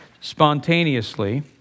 spontaneously